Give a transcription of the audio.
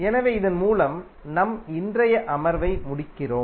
எனவே இதன் மூலம் நம் இன்றைய அமர்வை முடிக்கிறோம்